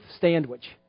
sandwich